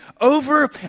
over